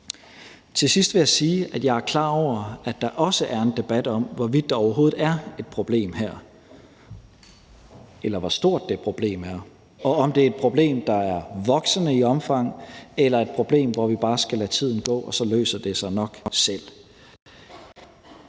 Til sidst vil jeg sige, at jeg er klar over, at der også er en debat om, hvorvidt der overhovedet er et problem her, eller hvor stort det problem er, og om det er et problem, der er voksende i omfang, eller om vi bare skal lade tiden gå, og så løser det sig nok selv.